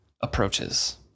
approaches